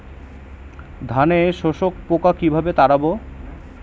ধানে শোষক পোকা কিভাবে তাড়াব?